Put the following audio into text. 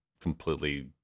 completely